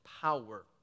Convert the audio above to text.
power